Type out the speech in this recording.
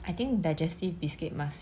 I think digestive biscuit must